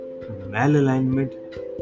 malalignment